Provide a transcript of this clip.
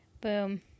Boom